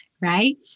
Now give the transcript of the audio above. Right